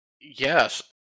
Yes